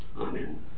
Amen